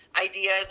ideas